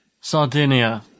Sardinia